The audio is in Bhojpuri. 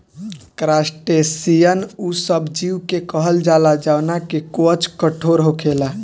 क्रासटेशियन उ सब जीव के कहल जाला जवना के कवच कठोर होखेला